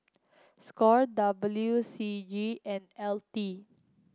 Score W C G and L T